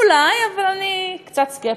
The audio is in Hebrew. אולי, אבל אני קצת סקפטית.